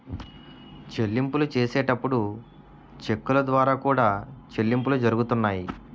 చెల్లింపులు చేసేటప్పుడు చెక్కుల ద్వారా కూడా చెల్లింపులు జరుగుతున్నాయి